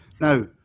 Now